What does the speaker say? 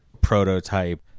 prototype